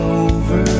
over